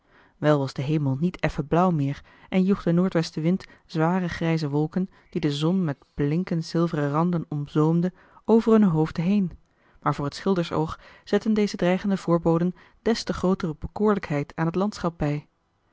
wel was de hemel niet effen blauw meer en joeg de noordwesten wind zware grijze wolken die de zon met bjinkend zilveren randen omzoomde over hunne hoofden marcellus emants een drietal novellen heen maar voor het schildersoog zetten deze dreigende voorboden des te grootere bekoorlijkheid aan het landschap bij